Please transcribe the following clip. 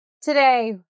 Today